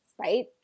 right